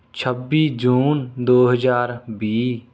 ਛੱਬੀ ਜੂਨ ਦੋ ਹਜ਼ਾਰ ਵੀਹ